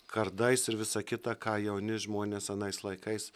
kardais ir visa kita ką jauni žmonės anais laikais